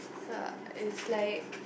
so it's like